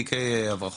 מבחינת תיקי החממות,